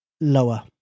Lower